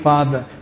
Father